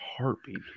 heartbeat